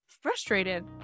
frustrated